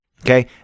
Okay